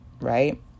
right